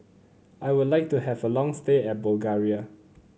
I would like to have a long stay at Bulgaria